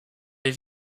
les